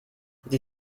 die